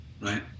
Right